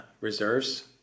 reserves